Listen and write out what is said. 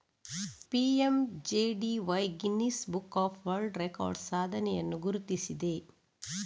PMJDY Guinness book of world records ಸಾಧನೆಯನ್ನು ಗುರುತಿಸಿದೆ